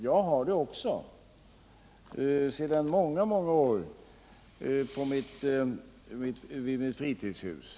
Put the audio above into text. Det har jag också sedan många år, när jag bott i mitt fritidshus.